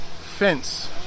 fence